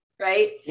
Right